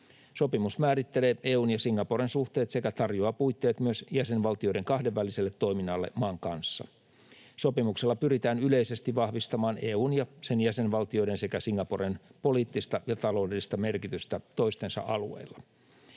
Sopimus määrittelee EU:n ja Singaporen suhteet sekä tarjoaa puitteet myös jäsenvaltioiden kahdenväliselle toiminnalle maan kanssa. Sopimuksella pyritään yleisesti vahvistamaan EU:n ja sen jäsenvaltioiden sekä Singaporen poliittista ja taloudellista merkitystä toistensa alueilla.